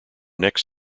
next